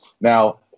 Now